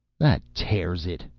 that tears it,